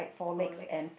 four legs